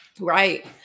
Right